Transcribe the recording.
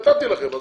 נתתי לכם.